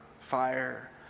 fire